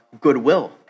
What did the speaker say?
goodwill